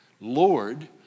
Lord